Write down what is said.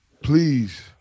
please